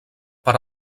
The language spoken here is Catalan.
per